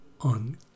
on